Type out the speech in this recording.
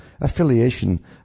affiliation